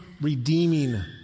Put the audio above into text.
redeeming